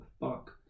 Fuck